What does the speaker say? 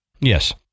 Yes